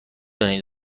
دانید